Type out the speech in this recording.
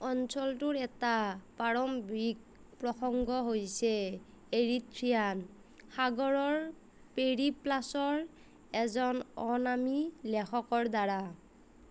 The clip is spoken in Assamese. অঞ্চলটোৰ এটা প্ৰাৰম্ভিক প্ৰসংগ হৈছে এৰিথ্ৰিয়ান সাগৰৰ পেৰিপ্লাছৰ এজন অনামী লেখকৰদ্বাৰা